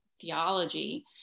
theology